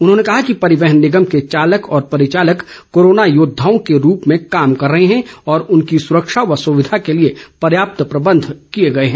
उन्होंने कहा कि परिवहन निगम के चालक व परिचालक कोरोना योद्वाओं के रूप में कार्य कर रहे हैं और उनकी सुरक्षा व सुविधा के लिए पर्याप्त प्रबंध किए गए हैं